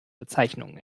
bezeichnungen